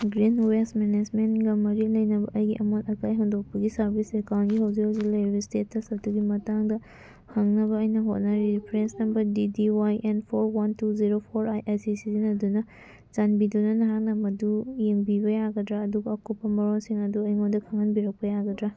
green waste ꯃꯦꯅꯦꯖꯃꯦꯟꯒ ꯃꯔꯤ ꯂꯩꯅꯕ ꯑꯩꯒꯤ ꯑꯃꯣꯠ ꯑꯀꯥꯏ ꯍꯨꯟꯗꯣꯛꯄꯒꯤ ꯁꯥꯔꯕꯤꯁ ꯑꯦꯀꯥꯎꯟꯒꯤ ꯍꯧꯖꯤꯛ ꯍꯧꯖꯤꯛ ꯂꯩꯔꯤꯕ ꯁ꯭ꯇꯦꯇꯁ ꯑꯗꯨꯒꯤ ꯃꯇꯥꯡꯗ ꯍꯪꯅꯕ ꯑꯩꯅ ꯍꯣꯠꯅꯔꯤ reference number D D Y N four one two zero four eight ꯑꯁꯤ ꯁꯤꯖꯤꯟꯅꯗꯨꯅ ꯆꯥꯟꯕꯤꯗꯨꯅ ꯅꯍꯥꯛꯅ ꯃꯗꯨ ꯌꯦꯡꯕꯤꯕ ꯌꯥꯒꯗ꯭ꯔꯥ ꯑꯗꯨꯒ ꯑꯀꯨꯞꯄ ꯃꯔꯣꯜꯁꯤꯡ ꯑꯗꯨ ꯑꯩꯉꯣꯟꯗ ꯈꯪꯍꯟꯕꯤꯔꯛꯄ ꯌꯥꯒꯗ꯭ꯔꯥ